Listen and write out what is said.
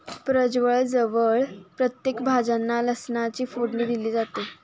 प्रजवळ जवळ प्रत्येक भाज्यांना लसणाची फोडणी दिली जाते